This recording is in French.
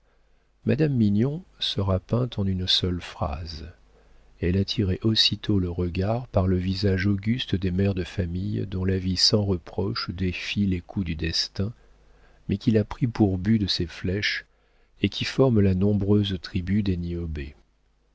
madame mignon sera peinte en une seule phrase elle attirait aussitôt le regard par le visage auguste des mères de famille dont la vie sans reproches défie les coups du destin mais qu'il a pris pour but de ses flèches et qui forment la nombreuse tribu des